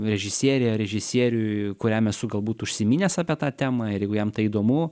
režisierei ar režisieriui kuriam esu galbūt užsiminęs apie tą temą ir jeigu jam tai įdomu